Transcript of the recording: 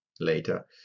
later